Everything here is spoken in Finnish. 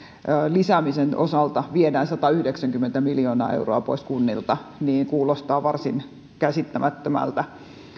lisäämisen osalta viedään satayhdeksänkymmentä miljoonaa euroa pois kunnilta kuulostaa varsin käsittämättömältä